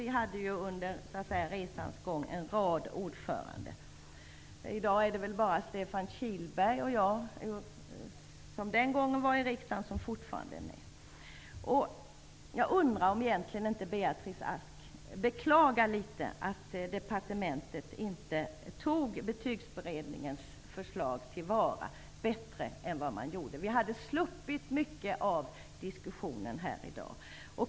Vi hade under resans gång en rad ordförande. I dag är det väl bara Stefan Kihlberg och jag som den gången satt i riksdagen som fortfarande är med. Jag undrar om Beatrice Ask egentligen inte något beklagar att departementet inte tog tillvara Betygsberedningens förslag bättre än vad man gjorde. Vi hade då sluppit mycket av diskussionen här i dag.